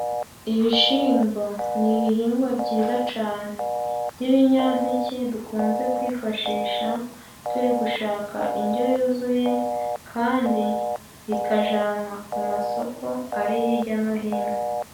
Ibishimbo ni ibihingwa byiza cane by'ibinyampeke dukunze kwifashisha turi gushaka indyo yuzuye kandi bikajanwa ku masoko ari hirya no hino.